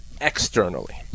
externally